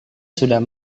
sudah